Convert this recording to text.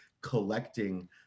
collecting